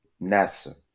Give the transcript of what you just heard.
nasa